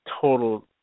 total